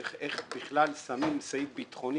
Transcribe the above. איך בכלל שמים סעיף ביטחוני